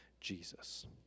Jesus